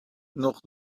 nog